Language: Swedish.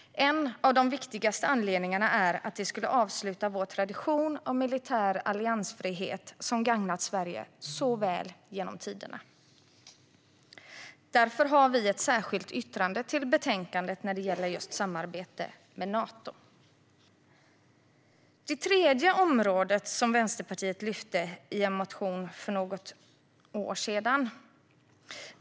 En av de viktigaste anledningarna är att ett medlemskap skulle avsluta vår tradition av militär alliansfrihet, som gagnat Sverige så väl genom tiderna. Vi har därför ett särskilt yttrande till betänkandet när det gäller samarbete med Nato. Ett tredje område är det som Vänsterpartiet lyfte upp i en motion för något år sedan.